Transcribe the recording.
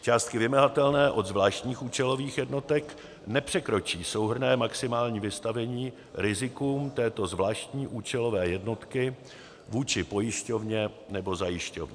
Částky vymahatelné od zvláštních účelových jednotek nepřekročí souhrnné maximální vystavení rizikům této zvláštní účelové jednotky vůči pojišťovně nebo zajišťovně.